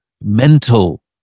mental